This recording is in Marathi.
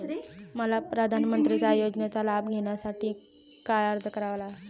मला प्रधानमंत्री योजनेचा लाभ घेण्यासाठी काय अर्ज करावा लागेल?